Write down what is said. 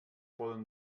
poden